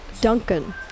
Duncan